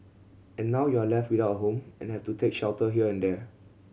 and now you're left without a home and have to take shelter here and there